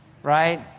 right